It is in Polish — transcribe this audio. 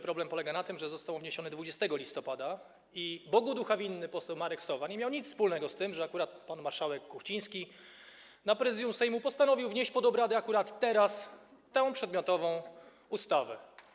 Problem polega na tym, że został on wniesiony 20 listopada i Bogu ducha winny poseł Marek Sowa nie miał nic wspólnego z tym, że akurat pan marszałek Kuchciński na Prezydium Sejmu akurat teraz postanowił wnieść pod obrady tę przedmiotową ustawę.